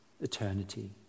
eternity